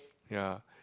ya